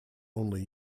only